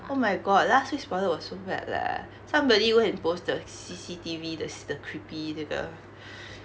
oh my god last week's spoiler was so bad leh somebody go and post the C_C_T_V the creepy the